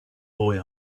boy